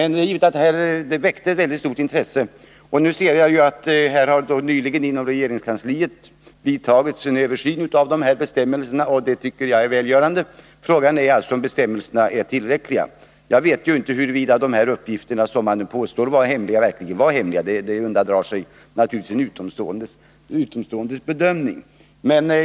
Nu ser jag i svaret att det nyligen inom regeringskansliet har vidtagits en översyn av bestämmelserna, och det tycker jag är välgörande. Men frågan är om bestämmelserna är tillräckliga. Jag vet ju inte huruvida dessa uppgifter som man påstår var hemliga verkligen var hemliga — det undandrar sig naturligtvis en utomståendes bedömning.